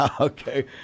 Okay